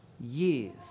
years